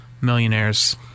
Millionaires